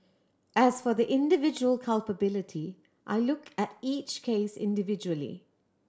as for their individual culpability I looked at each case individually